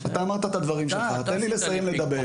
אתה אמרת את הדברים שלך, תן לי לסיים לדבר.